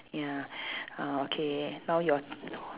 ya uh okay now your